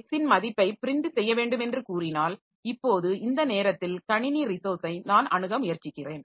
x ன் மதிப்பை print செய்ய வேண்டும் என்று கூறினால் இப்போது இந்த நேரத்தில் கணினி ரிசோர்ஸை நான் அணுக முயற்சிக்கிறேன்